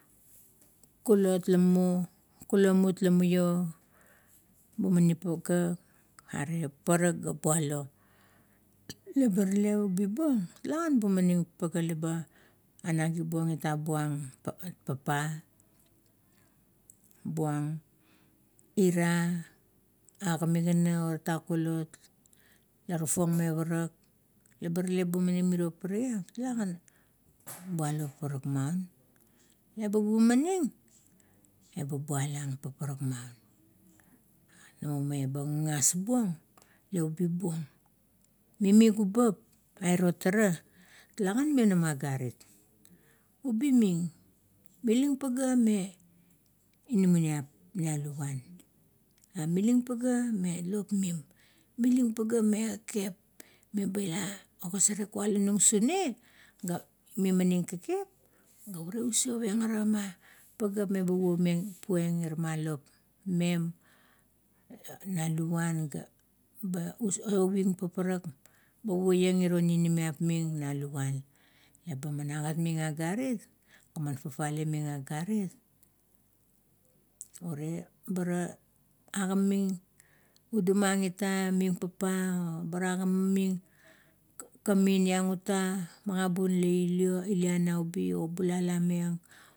Kulot lamo, kulamut la muio, bumaning page are paparak ga bualo. Leba rale, ubibuong eta, eta buang papa buang. Irie aga migana o tatak kulot la tafaong me parak, leba tele bumaning mirie paparagip, talagan bualo paparak maun. Leba bumaning babualang paparak maun. Io meba gagas buong ga ubi buong. Mimi kubap ai iro, talagan maionama agarit ubiming, miling pagea me inamaiap na luvan, miling pagea me lop mim, miling pagea me kekep, meba, eag kulanung sune ga mimaning kekep, meba eag kulanung sune ga mimaning kekep pumeng are ira ma lop mi na luvan ga ba usau iang paparak, pa paieng iro minimiap meng na luvan. Leba man agat ming agarit a man fafale ming agarit, ure bara agimaming uduma ang i ta ming papa, ba ra agimemmin kamin iang uta magabun la ilio bulalam ieng.